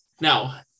Now